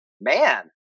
man